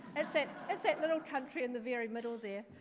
that's it, that's that little country in the very middle there.